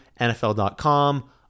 nfl.com